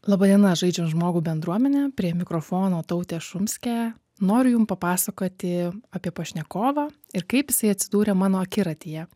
laba diena žaidžiam žmogų bendruomene prie mikrofono tautė šumskė noriu jum papasakoti apie pašnekovą ir kaip jisai atsidūrė mano akiratyje